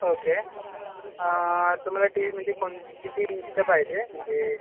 okay तुम्हाला TV म्हणजे कोण किती इंच पाहिजे म्हणजे